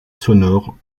sonore